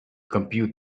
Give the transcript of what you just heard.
compute